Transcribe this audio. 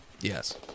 Yes